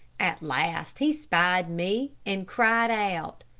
at last he spied me, and cried out,